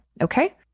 Okay